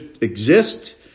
exist